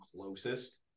closest